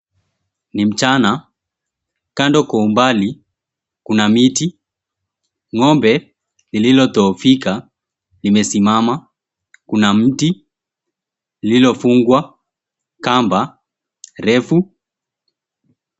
Ni mchana. Kando kwa umbali kuna miti. Ng'ombe lililodhoofika limesimama. Kuna mti lililofungwa kamba refu.